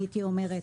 הייתי אומרת,